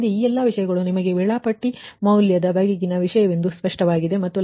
ಆದ್ದರಿಂದ ಈ ಎಲ್ಲಾ ವಿಷಯಗಳು ನಿಮಗೆ ವೇಳಾಪಟ್ಟಿ ಮೌಲ್ಯದ ಬಗೆಗಿನ ವಿಷಯವೆಂದು ಸ್ಪಷ್ಟವಾಗಿದೆ